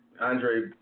Andre